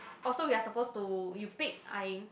orh so we are supposed to you pick I